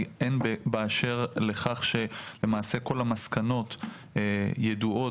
הן באשר לכך שלמעשה כל המסקנות ידועות,